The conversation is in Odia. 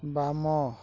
ବାମ